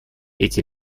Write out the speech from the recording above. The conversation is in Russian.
эти